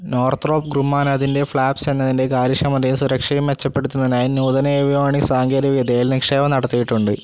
Northrop Grumman അതിൻ്റെ flaps എന്നതിൻ്റെ കാര്യക്ഷമതയും സുരക്ഷയും മെച്ചപ്പെടുത്തുന്നതിനായി നൂതന ഏവിയോണിക്സ് സാങ്കേതിക വിദ്യയിൽ നിക്ഷേപം നടത്തിയിട്ടുണ്ട്